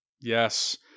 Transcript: Yes